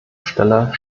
stelle